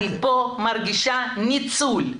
אני פה מרגישה ניצול.